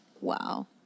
wow